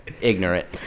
ignorant